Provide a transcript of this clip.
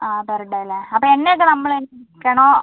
ആ per day അല്ലേ അപ്പോൾ എണ്ണയൊക്കെ നമ്മൾ തന്നെ അടിക്കണോ